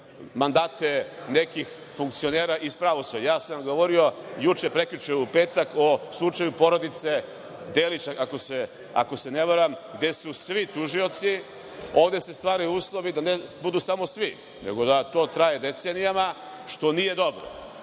mandate nekih funkcionera iz pravosuđa. Ja sam govorio juče, preključe u petak o slučaju porodice Delić, ako se ne varam gde su svi tužioci. Ovde se stvaraju uslovi da ne budu samo svi, nego da to traje decenijama što nije dobro. LJudi